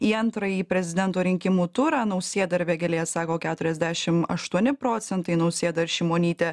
į antrąjį prezidento rinkimų turą nausėda ir vėgėlė sako keturiasdešim aštuoni procentai nausėda ir šimonytė